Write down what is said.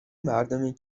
مردمی